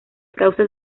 causas